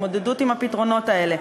התמודדות עם הפתרונות האלה.